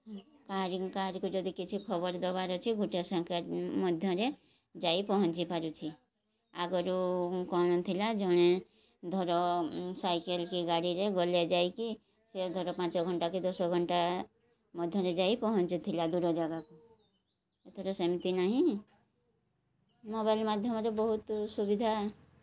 କାହାରିକୁ ଯଦି କିଛି ଖବର ଦେବାର ଅଛି ଗୋଟିଏ ସଂଖ୍ୟା ମଧ୍ୟରେ ଯାଇ ପହଞ୍ଚି ପାରୁଛି ଆଗରୁ କ'ଣ ଥିଲା ଜଣେ ଧର ସାଇକେଲ୍ କି ଗାଡ଼ିରେ ଗଲେ ଯାଇକି ସେ ଧର ପାଞ୍ଚ ଘଣ୍ଟା କି ଦଶ ଘଣ୍ଟା ମଧ୍ୟରେ ଯାଇ ପହଞ୍ଚିଥିଲା ଦୂର ଜାଗାକୁ ଏଥର ସେମିତି ନାହିଁ ମୋବାଇଲ୍ ମାଧ୍ୟମରେ ବହୁତ ସୁବିଧା